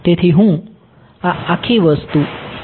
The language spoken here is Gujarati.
તેથી હું આ આખી વસ્તુ ફરીથી લખીશ